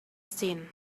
seen